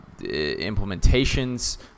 implementations